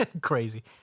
Crazy